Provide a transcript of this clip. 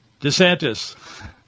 DeSantis